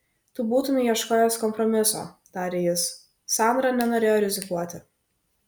tu būtumei ieškojęs kompromiso tarė jis sandra nenorėjo rizikuoti